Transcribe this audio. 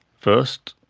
first,